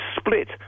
split